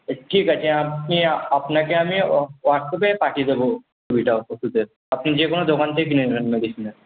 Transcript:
ঠিক আছে আপনি আপনাকে আমি হোয়াটসঅ্যাপে পাঠিয়ে দেবো ছবিটা ওষুধের আপনি যেকোনো দোকান থেকে কিনে নেবেন মেডিসিনের